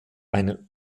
einen